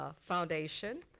ah foundation.